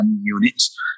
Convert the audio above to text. units